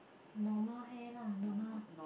normal hair lah normal